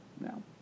no